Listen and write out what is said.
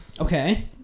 Okay